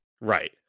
right